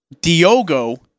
Diogo